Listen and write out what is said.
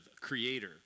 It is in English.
creator